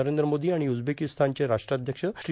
नरेंद्र मोदी आणि उझबेकिस्तानचे राष्ट्राध्यक्ष श्री